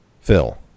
Phil